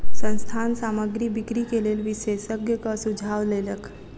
संस्थान सामग्री बिक्री के लेल विशेषज्ञक सुझाव लेलक